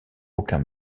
aucun